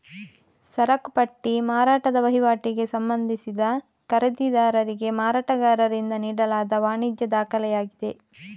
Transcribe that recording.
ಸರಕು ಪಟ್ಟಿ ಮಾರಾಟದ ವಹಿವಾಟಿಗೆ ಸಂಬಂಧಿಸಿದ ಖರೀದಿದಾರರಿಗೆ ಮಾರಾಟಗಾರರಿಂದ ನೀಡಲಾದ ವಾಣಿಜ್ಯ ದಾಖಲೆಯಾಗಿದೆ